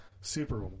super